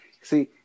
see